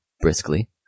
briskly